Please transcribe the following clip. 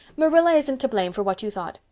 marilla isn't to blame for what you thought.